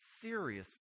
serious